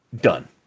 done